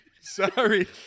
Sorry